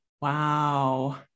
Wow